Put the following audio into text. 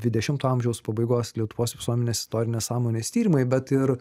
dvidešimto amžiaus pabaigos lietuvos visuomenės istorinės sąmonės tyrimai bet ir